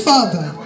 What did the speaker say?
Father